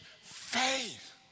Faith